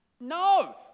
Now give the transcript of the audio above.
No